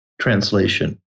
translation